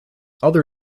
other